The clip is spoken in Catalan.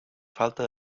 falta